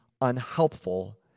unhelpful